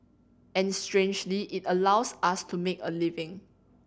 and strangely it allows us to make a living